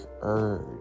urge